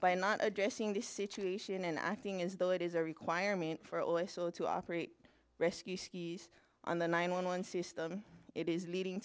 by not addressing the situation and acting as though it is a requirement for oyster to operate rescue skis on the nine one one system it is leading